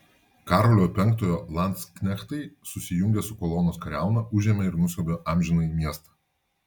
karolio penktojo landsknechtai susijungę su kolonos kariauna užėmė ir nusiaubė amžinąjį miestą